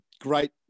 great